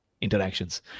interactions